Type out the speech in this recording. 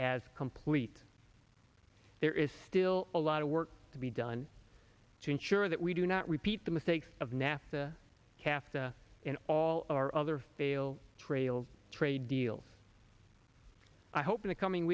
as complete there is still a lot of work to be done to ensure that we do not repeat the mistakes of nafta calf's and all our other fail trail's trade deals i hope in the coming